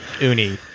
uni